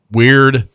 weird